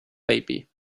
baby